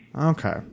Okay